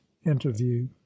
interview